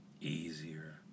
Easier